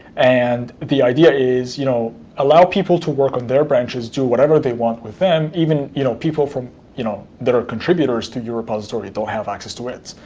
and the idea is you know allow people to work on their branches, do whatever they want with them, even you know people you know that are contributors to your repository, they'll have access to it.